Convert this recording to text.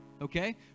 Okay